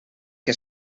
que